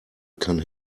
kann